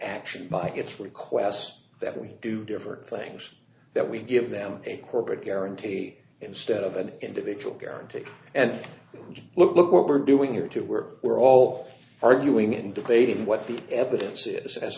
action it's requests that we do different things that we give them a corporate guarantee instead of an individual guarantee and look what we're doing here to work we're all arguing and debating what the evidence is as